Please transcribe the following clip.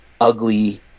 ugly